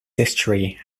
history